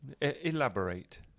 Elaborate